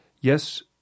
yes